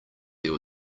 there